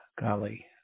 golly